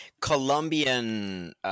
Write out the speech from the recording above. Colombian